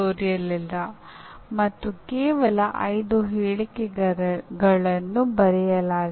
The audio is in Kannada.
ಹೆಚ್ಚಿನ ಸಂಶೋಧನೆಗಳು ಹೀಗೇ ನಡೆಯುತ್ತವೆ